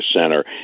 center